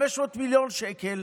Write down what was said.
500 מיליון שקל.